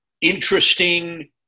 interesting